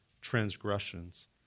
transgressions